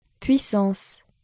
Puissance